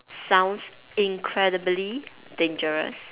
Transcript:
sounds incredibly dangerous